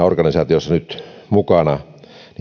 organisaatiossa nyt mukana niin hän sanoi sillä tavalla